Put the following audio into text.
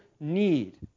need